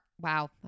wow